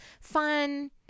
fun